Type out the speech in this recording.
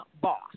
boss